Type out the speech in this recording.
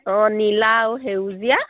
অঁ নীলা আৰু সেউজীয়া